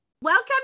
Welcome